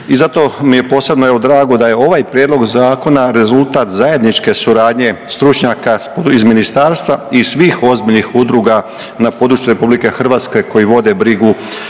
i zato mi je posebno evo drago da je ovaj prijedlog zakona rezultat zajedničke suradnje stručnjaka iz ministarstva i svih ozbiljnih udruga na području RH koji vode brigu